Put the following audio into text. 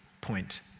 point